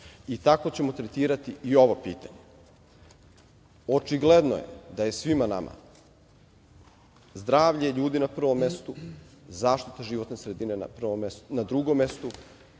I tako ćemo tretirati i ovo pitanje. Očigledno je da je svima nama zdravlje ljudi na prvom mestu, zaštita životne sredine na drugom mestu,